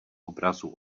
obrazu